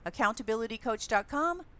accountabilitycoach.com